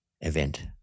event